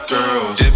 Girls